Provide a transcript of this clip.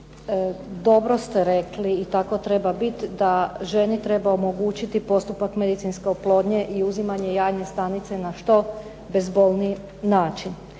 dobro ste rekli i tako treba biti da ženi treba omogućiti postupak medicinske oplodnje i uzimanje jajnih stanica na što bezbolniji način.